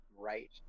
right